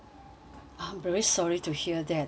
I'm very sorry to hear that um